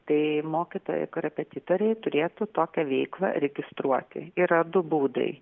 tai mokytojai korepetitoriai turėtų tokią veiklą registruoti yra du būdai